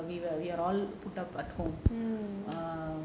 we were ya we are all cooped out at home